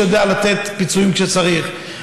שיודע לתת פיצויים כשצריך,